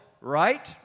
Right